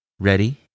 Ready